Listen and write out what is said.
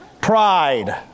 Pride